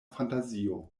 fantazio